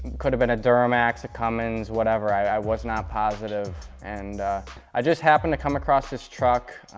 could have been a duramax, a cummins, whatever. i was not positive. and i just happened to come across this truck.